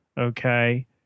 okay